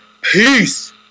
Peace